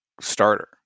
starter